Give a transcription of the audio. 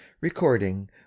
Recording